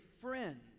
friend